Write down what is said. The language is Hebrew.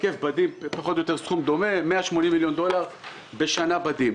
היקף בדים פחות או יותר בסכום דומה 180 מיליון דולר בשנה בדים.